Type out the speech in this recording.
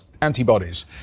antibodies